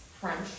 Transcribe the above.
French